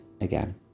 again